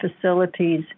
facilities